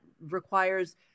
requires